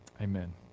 amen